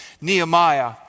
Nehemiah